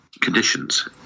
conditions